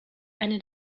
eine